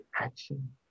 action